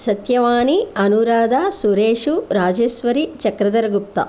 सत्यवाणी अनुराधा सुरेशु राजेश्वरी चक्रधरगुप्तः